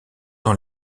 dans